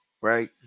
right